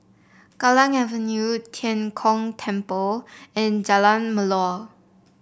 Kallang Avenue Tian Kong Temple and Jalan Melor